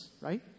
right